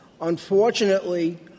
Unfortunately